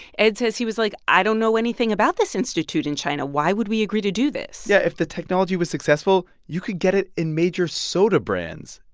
ed says he was like, i don't know anything about this institute in china. why would we agree to do this? yeah. if the technology was successful, you could get it in major soda brands.